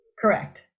correct